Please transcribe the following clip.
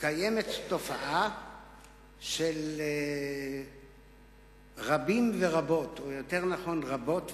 יש תופעה של רבים ורבות, או יותר נכון רבות ורבים,